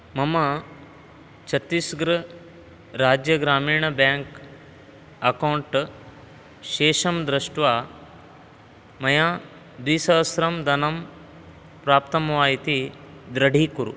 मम Chhattisgarh Rajya Gramin bank account शेषं दृष्ट्वा मया द्विसहस्रम् धनं प्राप्तं वा इति दृढीकुरु